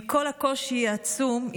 עם כל הקושי העצום,